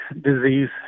disease